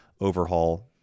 overhaul